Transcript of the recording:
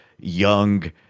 young